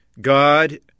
God